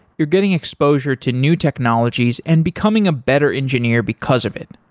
you're getting exposure to new technologies and becoming a better engineer because of it.